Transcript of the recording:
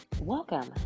Welcome